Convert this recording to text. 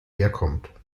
herkommt